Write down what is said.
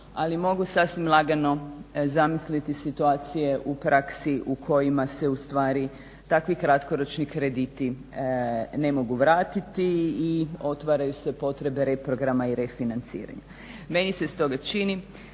ali mogu sasvim lagano zamisliti situacije u praksi u kojima se ustvari takvi kratkoročni krediti ne mogu vratiti i otvaraju se potrebe reprograma i refinanciranja. Meni se stoga čini